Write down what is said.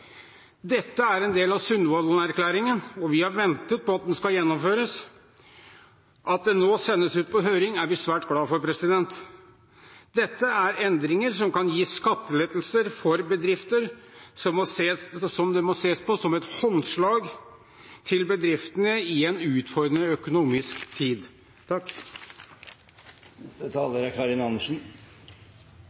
Dette er en del av Sundvolden-erklæringen, og vi har ventet på at det skal gjennomføres. At dette nå sendes ut på høring, er vi svært glad for. Dette er endringer som kan gi skattelettelser for bedrifter som må ses som et håndslag til bedriftene i en utfordrende økonomisk tid. Det er like hult enten Fremskrittspartiet griner krokodilletårer for seg sjøl fordi det er